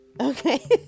Okay